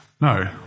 No